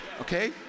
Okay